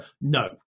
No